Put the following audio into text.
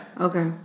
Okay